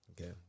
Okay